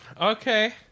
Okay